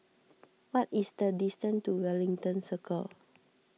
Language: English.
what is the distance to Wellington Circle